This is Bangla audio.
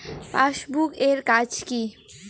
পাশবুক এর কাজ কি?